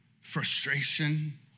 frustration